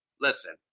Listen